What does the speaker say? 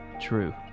true